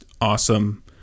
awesome